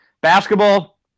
Basketball